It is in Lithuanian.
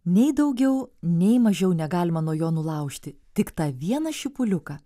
nei daugiau nei mažiau negalima nuo jo nulaužti tik tą vieną šipuliuką